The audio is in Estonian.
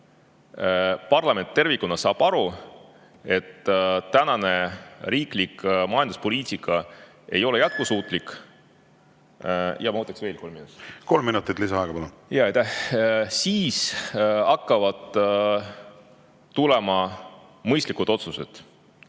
parlament tervikuna saab aru, et tänane riiklik majanduspoliitika ei ole jätkusuutlik … Ma võtaksin veel kolm minutit. Kolm minutit lisaaega, palun! Aitäh! … siis hakkavad tulema mõistlikud otsused.